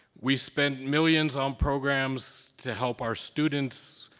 we spent millions on programs to help our students,